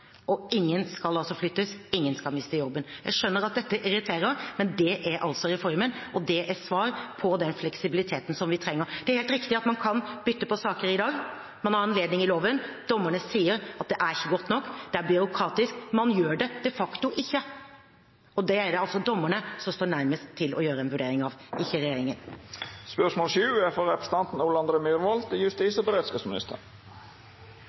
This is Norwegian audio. og ingen skal flyttes, ingen skal miste jobben. Jeg skjønner at det irriterer, men det er altså reformen, og det er svar på den fleksibiliteten vi trenger. Det er helt riktig at man kan bytte på saker i dag, at man har anledning til det i henhold til loven, men dommerne sier at det ikke er godt nok, det er byråkratisk, man gjør det de facto ikke. Det er det altså dommerne som står nærmest til å gjøre en vurdering av, ikke regjeringen. «Et av argumentene for sammenslåing av tingretter til